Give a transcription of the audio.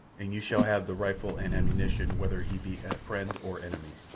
and you shall have the rifle and ammunition whether he be a friend or enemy,